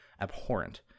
abhorrent